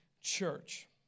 church